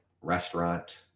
restaurant